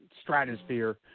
stratosphere